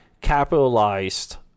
capitalized